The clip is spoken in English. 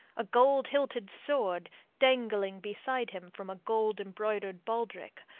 a gold-hilted sword dangling beside him from a gold embroidered baldrick,